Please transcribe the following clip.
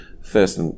first